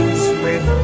sweet